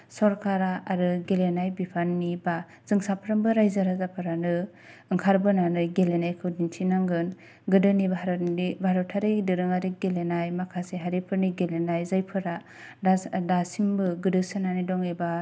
सरकारा आरो गेलेनाय बिफाननि बा जों साफ्रोमबो रायजो राजाफोरानो ओंखारबोनानै गेलेनायखौ दिन्थिनांगोन गोदोनि भारतनि भारतारि दोरोङारि गेलेनाय माखासे हारिफोरनि गेलेनाय जायफोरा दासिमबो गोदोसोनानै दं एबा